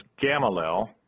Gamaliel